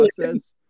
process